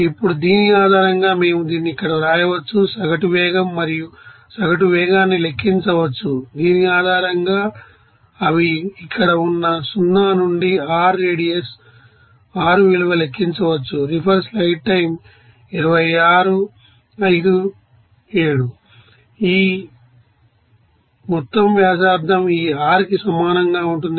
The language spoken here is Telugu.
ఇప్పుడు దీని ఆధారంగా మేము దీనిని ఇక్కడ వ్రాయవచ్చు సగటు వేగం మరియు సగటు వేగాన్ని లెక్కించవచ్చు దీని ఆధారంగా అవి ఇక్కడ ఉన్న 0 నుండి r రెడియస్ r విలువ లెక్కించవచ్చు ఈ మొత్తం వ్యాసార్థం ఈ r కి సమానంగా ఉంటుంది